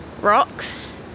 rocks